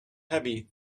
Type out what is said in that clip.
heavy